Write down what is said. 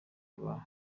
rwa